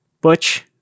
butch